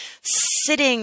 sitting